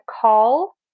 call